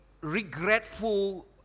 regretful